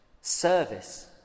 service